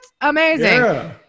Amazing